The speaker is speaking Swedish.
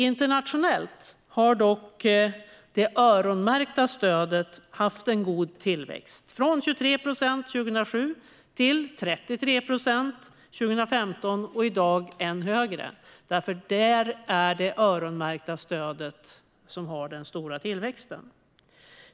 Internationellt har dock det öronmärkta stödet haft en god tillväxt, från 23 procent 2007 till 33 procent 2015. I dag är det ännu högre, och det öronmärkta stödet är det stöd som har den stora tillväxten.